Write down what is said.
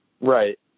Right